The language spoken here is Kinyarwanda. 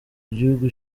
gihugu